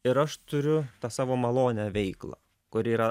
ir aš turiu tą savo malonią veiklą kuri yra